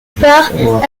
part